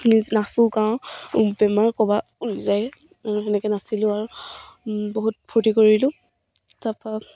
নিজ নাচোঁ গাওঁ বেমাৰ ক'ৰবালৈ যায় তেনেকৈ নাচিলোঁ আৰু বহুত ফূৰ্তি কৰিলোঁ তাৰপৰা